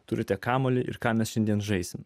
turite kamuolį ir ką mes šiandien žaisime